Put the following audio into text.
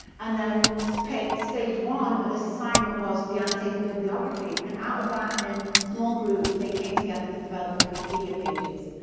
and then stage one of this assignment was the annotated bibliography. and out of that, in small groups, they came together to develop the wikipedia pages.